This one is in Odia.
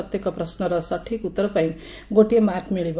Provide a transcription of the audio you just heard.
ପ୍ରତ୍ୟେକ ପ୍ରଶ୍ନର ସଠିକ୍ ଉତ୍ତର ପାଇଁ ଗୋଟିଏ ମାର୍କ ମିଳିବ